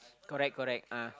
correct correct ah